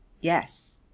Yes